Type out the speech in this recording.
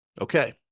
Okay